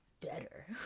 better